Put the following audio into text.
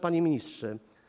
Panie Ministrze!